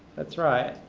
that's right.